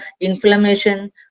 inflammation